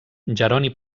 jeroni